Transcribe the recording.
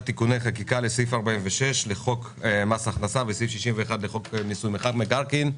תיקוני חקיקה לסעיף 46 לחוק מס הכנסה וסעיף 61 לחוק מיסוי מקרקעין.